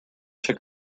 took